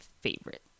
favorite